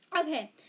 Okay